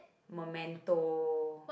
Momento